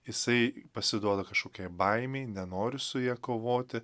jisai pasiduoda kažkokiai baimei nenori su ja kovoti